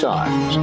Times